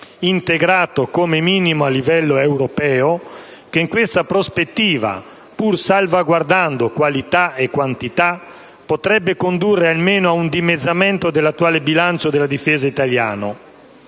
integrato come minimo a livello europeo, che in questa prospettiva, pur salvaguardando qualità e quantità, potrebbe condurre almeno ad un dimezzamento dell'attuale bilancio della Difesa italiana.